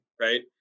right